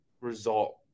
result